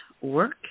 work